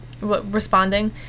responding